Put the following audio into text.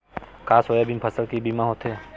का सोयाबीन फसल के बीमा होथे?